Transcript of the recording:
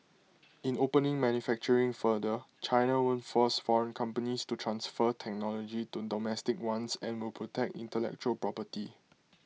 in opening manufacturing further China won't force foreign companies to transfer technology to domestic ones and will protect intellectual property